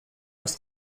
aus